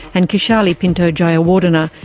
and kishali pinto-jayawardena,